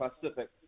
Pacific